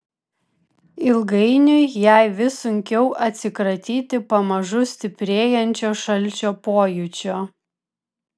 ilgainiui jai vis sunkiau atsikratyti pamažu stiprėjančio šalčio pojūčio